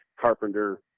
Carpenter